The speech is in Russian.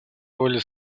роли